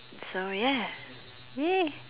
so yeah !yay!